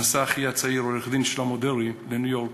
נסע אחי הצעיר, עו"ד שלמה דרעי, לניו-יורק.